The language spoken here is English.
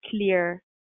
clear